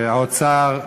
שהאוצר,